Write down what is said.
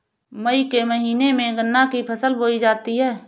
मई के महीने में गन्ना की फसल बोई जाती है